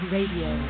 Radio